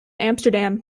amsterdam